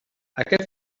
aquest